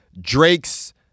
Drake's